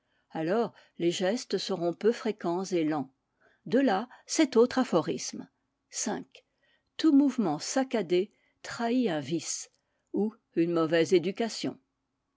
alors les gestes seront peu fréquents et lents de là cet autre aphorisme tout mouvement saccadé trahit un vice ou une mauvaise éducation